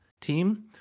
team